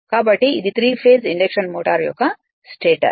కాబట్టి ఇది three phase induction motor యొక్క స్టేటర్